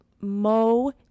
Mo